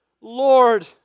Lord